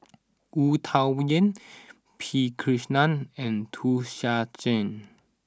Wu Tsai Yen P Krishnan and Wu Tsai Yen